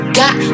got